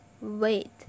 wait